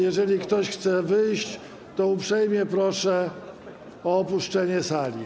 Jeżeli ktoś chce wyjść, to uprzejmie proszę o opuszczenie sali.